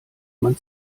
man